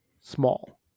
small